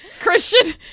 Christian